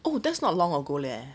oh that's not long ago leh